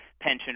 pension